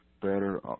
better